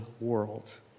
world